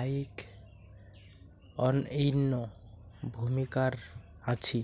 আইক অনইন্য ভূমিকার আছি